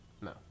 no